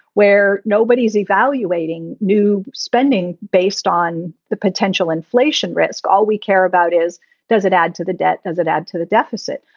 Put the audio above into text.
where nobody is evaluating new spending based on the potential inflation risk. all we care about is does it add to the debt? does it add to the deficit?